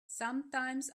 sometimes